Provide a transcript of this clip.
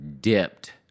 dipped